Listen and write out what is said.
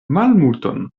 malmulton